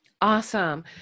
Awesome